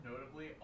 notably